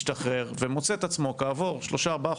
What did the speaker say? השתחרר ומוצא את עצמו כעבור שלושה-ארבעה